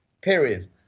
Period